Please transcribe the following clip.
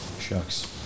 Shucks